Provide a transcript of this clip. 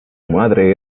madre